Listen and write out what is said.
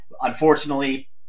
Unfortunately